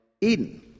Eden